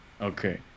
Okay